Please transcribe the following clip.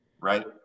right